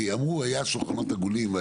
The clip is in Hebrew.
כי אמרו שהיו שולחנות עגולים.